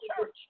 church